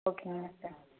ஓகேங்க டாக்டர்